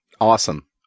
Awesome